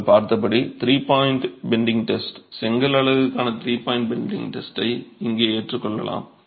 நாங்கள் பார்த்தபடி three point bending test செங்கல் அலகுக்கான த்ரீ பாய்ன்ட் பெண்டிங்க் டெஸ்டை இங்கே ஏற்றுக்கொள்ளலாம்